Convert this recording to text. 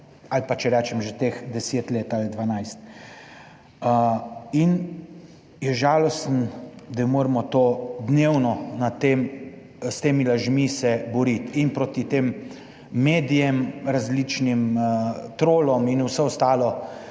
ali pa če rečem že teh deset let ali 12 in je žalosten, da moramo to dnevno na tem, s temi lažmi se boriti in proti tem medijem, različnim trolom in vse ostalo,